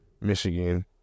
Michigan